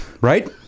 right